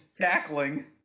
tackling